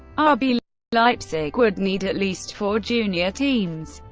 ah rb um leipzig would need at least four junior teams,